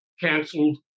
canceled